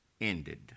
ended